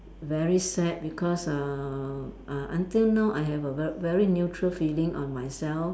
very sad because uh uh until now I have a ver~ very neutral feeling on myself